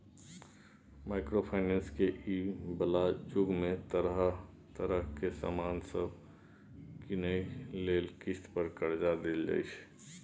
micro finance के इ बला जुग में तरह तरह के सामान सब कीनइ लेल किस्त पर कर्जा देल जाइ छै